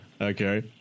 Okay